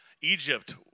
Egypt